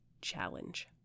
Challenge